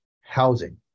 housing